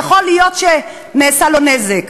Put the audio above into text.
יכול להיות שנעשה לו נזק.